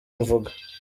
mvuga